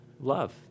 love